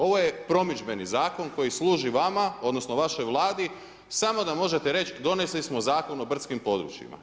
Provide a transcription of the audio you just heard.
Ovo je promidžbeni zakon koji služi vama, odnosno vašoj Vladi samo da možete reći donesli smo Zakon o brdskim područjima.